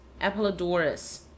Apollodorus